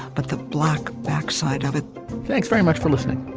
but the black backside of it thanks very much for listening